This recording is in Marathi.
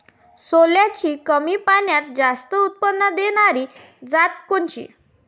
सोल्याची कमी पान्यात जास्त उत्पन्न देनारी जात कोनची?